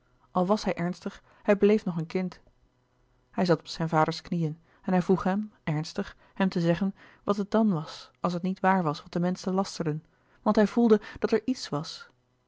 al was hij ernstig hij bleef nog een kind hij zat op zijn vaders knieën en hij vroeg hem ernstig hem te zeggen wat het dàn was als het niet waar was wat de menschen lasterden want hij voelde dat er i